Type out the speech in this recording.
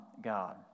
God